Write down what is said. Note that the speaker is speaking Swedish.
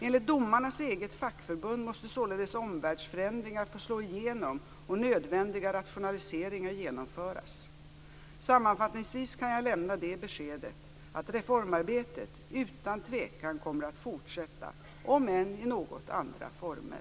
Enligt domarnas eget fackförbund måste således omvärldsförändringar få slå igenom och nödvändiga rationaliseringar genomföras. Sammanfattningsvis kan jag lämna det beskedet att reformarbetet utan tvekan kommer att fortsätta om än i något andra former.